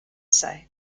say